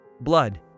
Blood